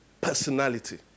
personality